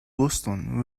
boston